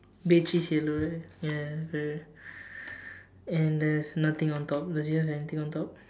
beigish yellow ya correct and there's nothing on top does yours have anything on top